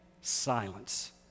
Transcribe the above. silence